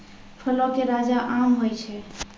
फलो के राजा आम होय छै